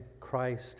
Christ